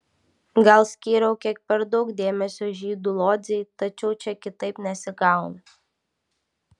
gal skyriau kiek per daug dėmesio žydų lodzei tačiau čia kitaip nesigauna